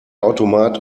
automat